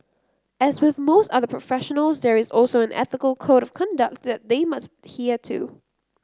as with most other professionals there is also an ethical code of conduct that they must adhere to